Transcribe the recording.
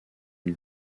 une